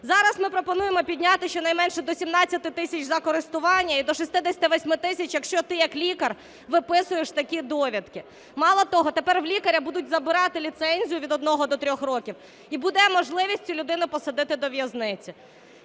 Зараз ми пропонуємо підняти щонайменше до 17 тисяч за користування і до 68 тисяч, якщо ти як лікар виписуєш такі довідки. Мало того, тепер у лікаря будуть забирати ліцензію від одного до трьох років, і буде можливість цю людину посадити до в'язниці.